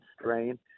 strain